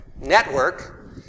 network